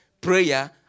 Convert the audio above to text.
prayer